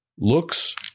looks